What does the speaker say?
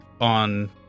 on